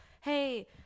hey